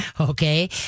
Okay